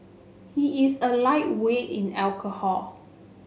he is a lightweight in alcohol